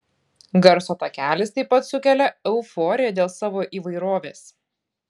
garso takelis taip pat sukelia euforiją dėl savo įvairovės